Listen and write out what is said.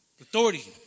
Authority